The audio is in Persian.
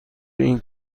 این